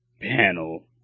Panel